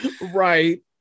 Right